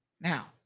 Now